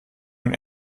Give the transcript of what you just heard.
und